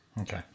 Okay